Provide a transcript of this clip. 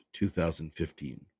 2015